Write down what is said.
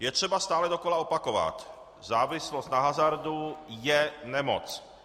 Je třeba stále dokola opakovat: závislost na hazardu je nemoc.